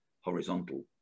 horizontal